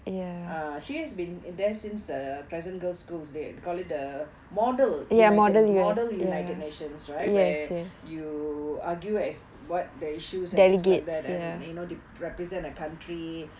uh she has been there since the crescent girls' schools they call it the model united model united nations where you argue as what the issues and things like that you know they represent a country